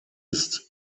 ist